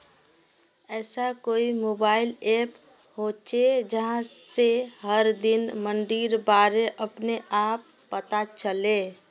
ऐसा कोई mobile app होचे जहा से हर दिन मंडीर बारे अपने आप पता चले?